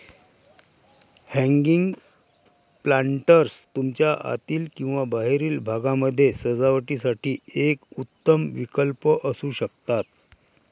hanging planters तुमच्या आतील किंवा बाहेरील भागामध्ये सजावटीसाठी एक उत्तम विकल्प असू शकतात